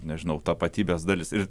nežinau tapatybės dalis ir